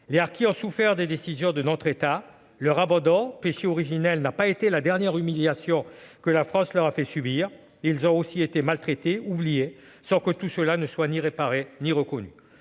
Les harkis ont souffert des décisions de notre État. Leur abandon, péché originel, n'a pas été la dernière humiliation que la France leur a fait subir. Ils ont aussi été maltraités et oubliés, sans que tous ces préjudices soient reconnus